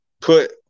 put